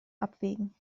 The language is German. abwägen